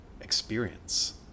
experience